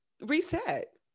reset